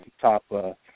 top –